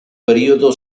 periodo